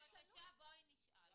בבקשה, בואי נשאל.